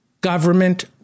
government